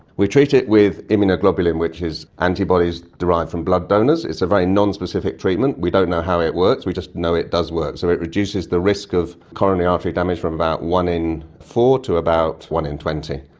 we treat it with immunoglobulin, which is antibodies derived from blood donors. it's a very non-specific treatment. we don't know how it works, we just know it does work. so it reduces the risk of coronary artery damage from about one in four to about one in twenty.